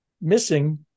missing